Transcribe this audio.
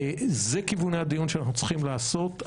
אלה כיווני הדיון שאנחנו צריכים לעשות,